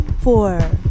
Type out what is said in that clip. four